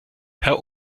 herr